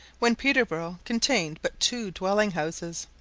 when peterborough contained but two dwelling houses.